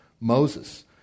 Moses